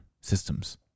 systems